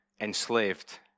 enslaved